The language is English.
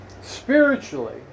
spiritually